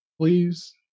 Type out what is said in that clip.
please